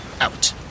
Out